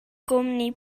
gwmni